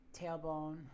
tailbone